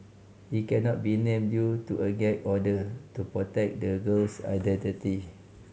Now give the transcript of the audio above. he cannot be named due to a gag order to protect the girl's identity